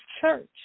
church